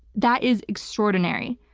that is extraordinary.